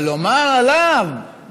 אבל לומר עליו,